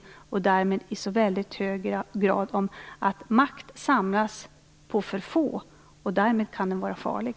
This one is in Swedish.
Man kan säga att makt i väldigt hög grad samlas på för få, och därmed kan den vara farlig.